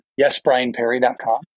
yesbrianperry.com